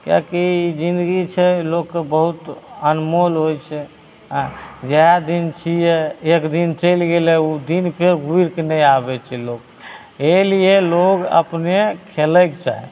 किएकि ई जिनगी छै लोकके बहुत अनमोल होइ छै हेँ जएह दिन छिए एकदिन चलि गेलै ओ दिन फेर घुरिके नहि आबै छै लोक इएहलिए लोक अपने खेलैके चाही